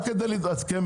רק כדי להתעדכן,